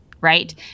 right